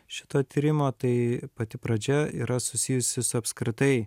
šito tyrimo tai pati pradžia yra susijusi su apskritai